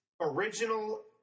original